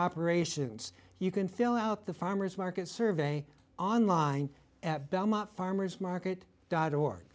operations you can fill out the farmer's market survey online at belmont farmer's market dot org